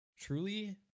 truly